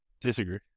Disagree